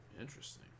Interesting